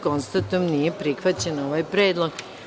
Konstatujem da nije prihvaćen ovaj predlog.